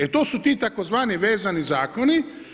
E, to su ti tzv. vezani zakoni.